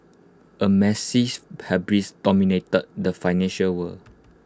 A massive hubris dominated the financial world